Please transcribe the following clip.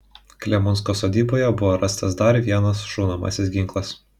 klemunskio sodyboje buvo rastas dar vienas šaunamasis ginklas